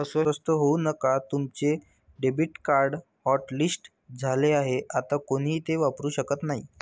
अस्वस्थ होऊ नका तुमचे डेबिट कार्ड हॉटलिस्ट झाले आहे आता कोणीही ते वापरू शकत नाही